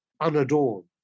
unadorned